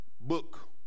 book